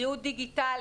בריאות דיגיטלית,